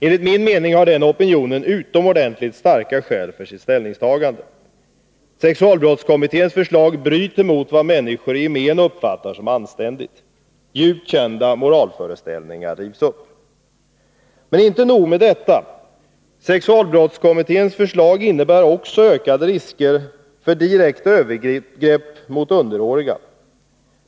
Enligt min mening har denna opinion utomordentligt starka skäl för sitt ställningstagande. Sexualbrottskommitténs förslag bryter mot vad människor i gemen uppfattar som anständigt. Djupt kända moralföreställningar rivs upp. Men inte nog med detta. Sexualbrottskommitténs förslag innebär också ökade risker för direkta övergrepp mot underåriga.